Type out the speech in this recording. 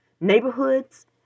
Neighborhoods